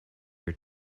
your